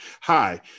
hi